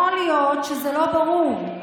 יכול להיות שזה לא ברור: